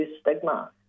stigma